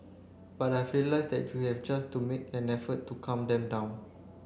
but I've realised that you just to make an effort to calm them down